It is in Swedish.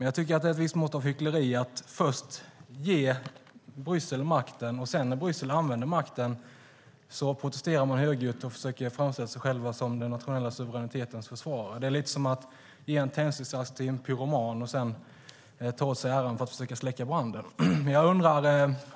Jag tycker att det är ett visst mått av hyckleri att först ge Bryssel makten, och sedan när Bryssel använder makten protesterar man högljutt och försöker framställa sig själv som den nationella suveränitetens försvarare. Det är lite grann som att ge en tändsticksask till en pyroman och sedan ta åt sig äran av att försöka släcka branden.